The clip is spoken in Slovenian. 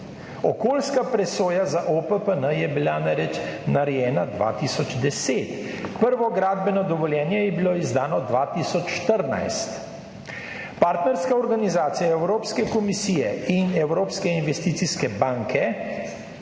Okoljska presoja za OPPN je bila narejena 2010, prvo gradbeno dovoljenje je bilo izdano 2014. Partnerska organizacija Evropske komisije in Evropske investicijske banke